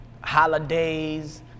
holidays